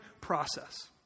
process